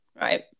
right